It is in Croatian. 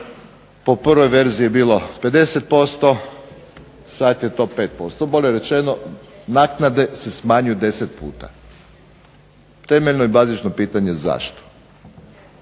po prvoj verziji je bilo 50%, sada je to 5% bolje rečeno naknade se smanjuju 10 puta, temeljno i bazično pitanje je zašto?